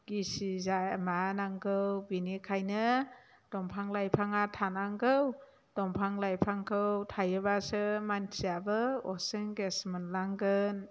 गिसि माबा नांगौ बिनिखायनो दंफां लाइफाङा थानांगौ दंफां लाइफांखौ थायोब्लासो मानसियाबो अक्सिजेन गेस मोनलांगोन